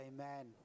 Amen